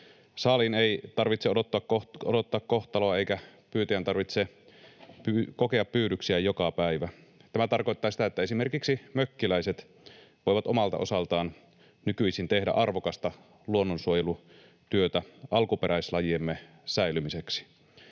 Saaliin ei tarvitse odottaa kohtaloa, eikä pyytäjän tarvitse kokea pyydyksiä joka päivä. Tämä tarkoittaa sitä, että esimerkiksi mökkiläiset voivat omalta osaltaan nykyisin tehdä arvokasta luonnonsuojelutyötä alkuperäislajiemme säilymiseksi.